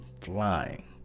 flying